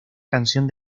canción